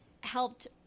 helped